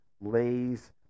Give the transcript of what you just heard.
Lay's